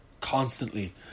constantly